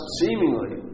seemingly